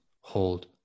hold